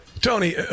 Tony